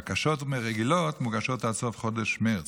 בקשות רגילות מוגשות עד סוף חודש מרץ.